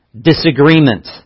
disagreement